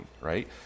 right